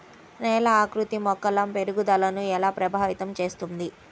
నేల ఆకృతి మొక్కల పెరుగుదలను ఎలా ప్రభావితం చేస్తుంది?